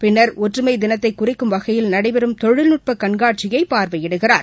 பின்னர் ஒற்றுமைதினத்தைகுறிக்கும் வகையில் நடைபெறும் தொழில்நுட்பகண்காட்சியைபார்வையிடுகிறார்